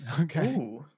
Okay